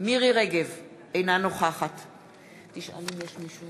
מירי רגב, אינה נוכחת יש מישהו